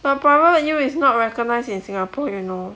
the problem U is not recognised in singapore you know